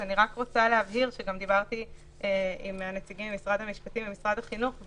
אני רק רוצה להבהיר שדיברתי עם הנציגים ממשרד המשפטים וממשרד החינוך.